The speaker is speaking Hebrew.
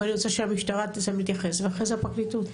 המשטרה עכשיו תתייחס ואחרי זה הפרקליטות.